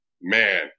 man